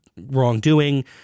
wrongdoing